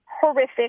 horrific